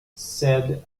said